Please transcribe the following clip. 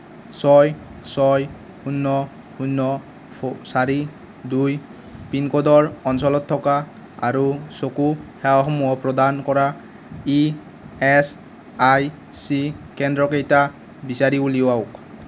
ছয় ছয় শূণ্য শূণ্য ফ চাৰি দুই পিনক'ডৰ অঞ্চলত থকা আৰু চকু সেৱাসমূহ প্ৰদান কৰা ইএচআইচি কেন্দ্ৰকেইটা বিচাৰি উলিয়াওক